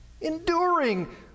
Enduring